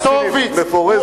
פלסטינית מפורזת,